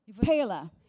Pela